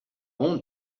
bon